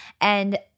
And-